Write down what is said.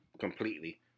completely